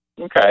Okay